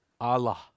Allah